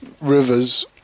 rivers